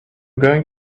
going